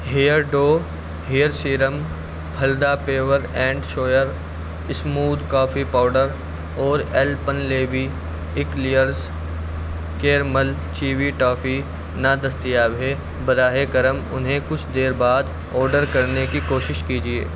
Beardo hair serum پھلدا pure and سویر smooth coffee powder اور Alpenliebe eclairs caramel chewy toffee نادستیاب ہے براہِ کرم انہیں کچھ دیر بعد آرڈر کرنے کی کوشش کیجیے